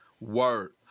Word